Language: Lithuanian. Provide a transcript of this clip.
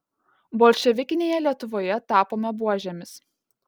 bolševikinėje lietuvoje tapome buožėmis